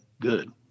good